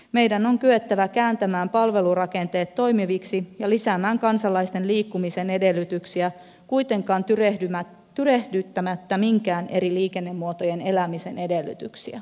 meidän on kyettävä kääntämään palvelurakenteet toimiviksi ja lisäämään kansalaisten liikkumisen edellytyksiä kuitenkaan tyrehdyttämättä minkään eri liikennemuotojen elämisen edellytyksiä